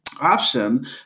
option